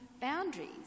boundaries